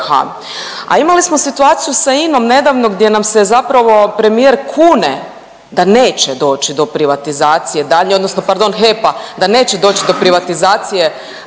A imali smo situaciju sa INA-om nedavno gdje nam se zapravo premijer kune da neće doći do privatizacije daljnje, odnosno pardon HEP-a da neće doći do privatizacije